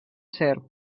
serp